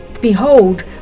behold